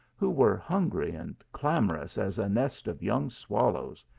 who were hungry and clamorous as a nest of young swallows,